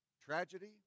tragedy